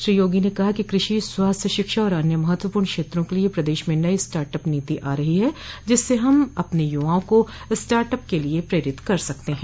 श्री योगी ने कहा कि कृषि स्वास्थ्य शिक्षा और अन्य महत्वपूर्ण क्षेत्रों के लिए प्रदेश में नई स्टार्ट अप नीति आ रही है जिससे हम अपने यूवाओं को स्टार्ट अप के लिए प्रेरित कर सकते हैं